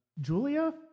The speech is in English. Julia